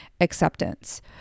acceptance